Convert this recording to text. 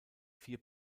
vier